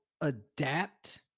adapt